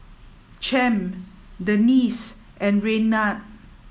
Champ Denice and Raynard